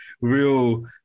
real